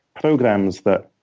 programs that